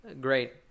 great